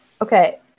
okay